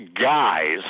guys